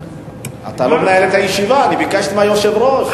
אתה לא מנהל את הישיבה, אני ביקשתי מהיושב-ראש.